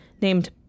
named